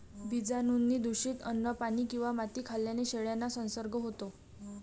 बीजाणूंनी दूषित अन्न, पाणी किंवा माती खाल्ल्याने शेळ्यांना संसर्ग होतो